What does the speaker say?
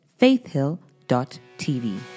faithhill.tv